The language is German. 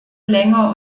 länger